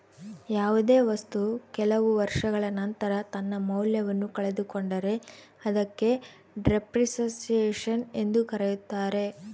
ಯಾವುದೇ ವಸ್ತು ಕೆಲವು ವರ್ಷಗಳ ನಂತರ ತನ್ನ ಮೌಲ್ಯವನ್ನು ಕಳೆದುಕೊಂಡರೆ ಅದಕ್ಕೆ ಡೆಪ್ರಿಸಸೇಷನ್ ಎಂದು ಕರೆಯುತ್ತಾರೆ